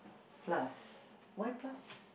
plus why plus